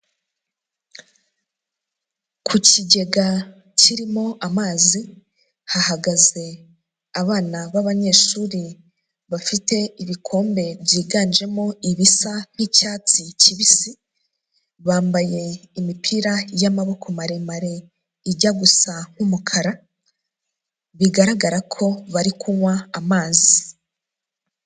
Ku kigega kirimo amazi hahagaze abana b'abanyeshuri bafite ibikombe byiganjemo ibisa nk'icyatsi kibisi. Bambaye imipira y'amaboko maremare ijya gusa nk'umukara bigaragara ko bari kunywa amazi.